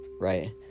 Right